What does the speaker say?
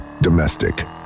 Domestic